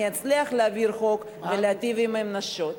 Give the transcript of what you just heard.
אצליח להעביר את החוק ולהיטיב עם הנשים.